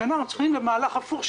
השנה אנחנו צריכים מהלך הפוך,